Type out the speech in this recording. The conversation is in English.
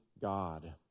God